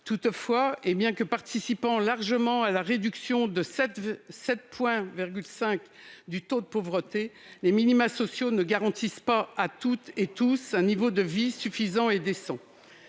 Toutefois, et bien que participant largement à la réduction de 7,5 points du taux de pauvreté, les minima sociaux ne garantissent pas à toutes et tous un niveau de vie suffisant et décent.